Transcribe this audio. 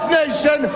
nation